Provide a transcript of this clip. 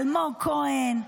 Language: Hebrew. אלמוג כהן,